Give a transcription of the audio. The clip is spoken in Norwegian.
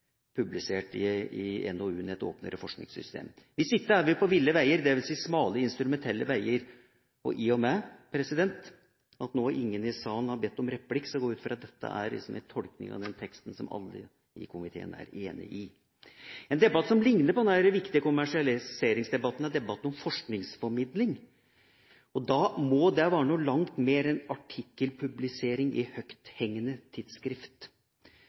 publisert i NOU-en Et åpnere forskningssystem. Hvis ikke er vi på ville veier, dvs. smale, instrumentelle veier. I og med at ingen i salen har bedt om replikk, går jeg ut fra at dette er en tolkning av teksten som alle i komiteen er enig i. En debatt som ligner på denne viktige kommersialiseringsdebatten, er debatten om forskningsformidling, og da må det være noe langt mer enn artikkelpublisering i høgthengende tidsskrift.